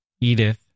Edith